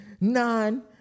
Nine